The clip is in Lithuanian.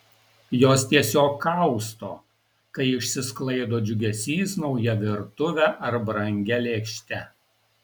jos tiesiog kausto kai išsisklaido džiugesys nauja virtuve ar brangia lėkšte